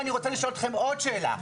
אני רוצה לשאול אתכם עוד שאלה,